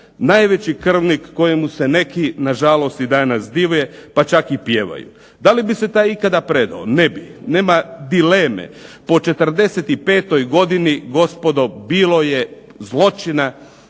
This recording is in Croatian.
Najveći krvnik kojemu se neki na žalost i danas dive, pa čak i pjevaju. Da li bi se taj ikada predao? Ne bi. Nema dileme. Po '45. godini gospodo bilo je zločina